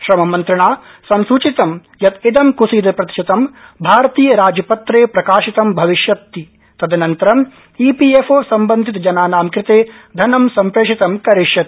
श्रममन्द्रिणा संसूचितं यत् इदं क्सीदप्रतिशतं भारतीयराजपत्रे प्रकाशितं भविष्यति तदनन्तरं ईपीएफओ सम्बन्धितजनानां कृते धनं सम्प्रेषितं करिष्यति